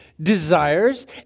desires